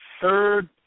third